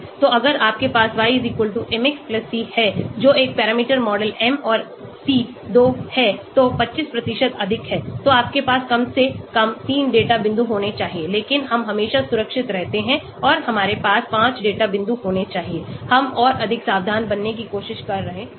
तो अगर आपके पास y mx c है जो एक पैरामीटर मॉडल m और c 2 है तो 25 अधिक है तो आपके पास कम से कम 3 डेटा बिंदु होने चाहिए लेकिन हम हमेशा सुरक्षित रहते हैं और हमारे पास 5 डेटा बिंदु होने चाहिए हम और अधिक सावधान बनने की कोशिश कर रहे हैं